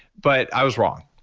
but i was wrong,